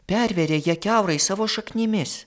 perveria ją kiaurai savo šaknimis